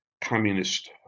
communist